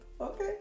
Okay